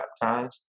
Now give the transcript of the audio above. baptized